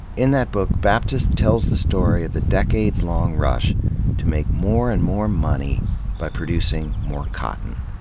in that book, baptist tells the story of the decades long rush to make more and more money by producing more cotton.